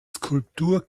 skulptur